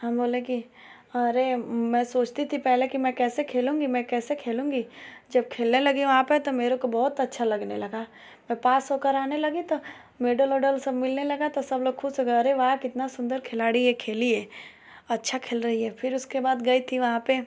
हम बोले कि अरे मैं सोचती थी पहले कि मैं कैसे खेलूँगी मैं कैसे खेलूँगी जब खेलने लगी वहाँ पर तो मेरे को बहुत अच्छा लगने लगा मैं पास होकर आने लगी तो मेडल ओडल सब मिलने लगा तो सब लोग खुश हो गए अरे वाह कितना सुंदर खिलाड़ी है खेली है अच्छा खेल रही है फिर उसके बाद गई थी वहाँ पर